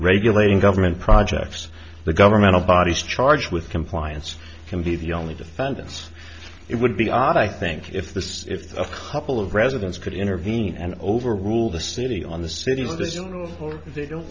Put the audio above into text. regulating government projects the governmental bodies charged with compliance can be the only defendants it would be odd i think if this if a couple of residents could intervene and overrule the city on the city of the